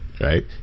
Right